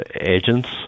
agents